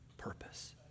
purpose